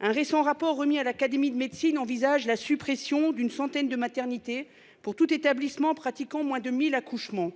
Un récent rapport, remis à l'Académie de médecine envisage la suppression d'une centaine de maternités pour tout établissement pratiquant, moins de 1000 accouchements.